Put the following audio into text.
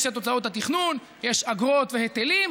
יש את הוצאות התכנון, ויש אגרות והיטלים.